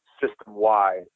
system-wide